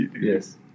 Yes